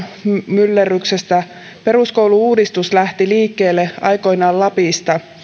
myllerryksessä peruskoulu uudistus lähti liikkeelle aikoinaan lapista